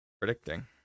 Predicting